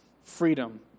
freedom